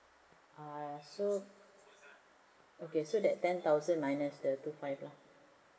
ah so okay so that ten thousand minus the two five lah